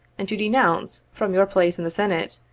and to denounce, from your place in the senate,